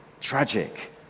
Tragic